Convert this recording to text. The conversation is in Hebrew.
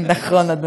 נכון, אדוני.